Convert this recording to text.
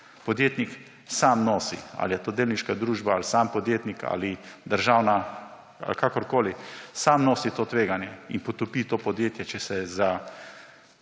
podjetnik sam nosi – ali je to delniška družbam, ali sam podjetnik ali državna ali kakorkoli – sam nosi to tveganje in potopi to podjetje, če se je